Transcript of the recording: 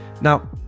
Now